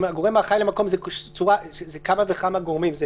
"הגורם האחראי על המקום" זה כמה וכמה גורמים.